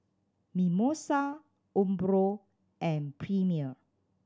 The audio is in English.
Mimosa Umbro and Premier